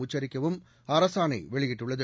உச்சரிக்கவும் அரசாணைவெளியிடப்பட்டுள்ளது